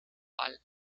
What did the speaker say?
fall